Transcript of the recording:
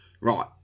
Right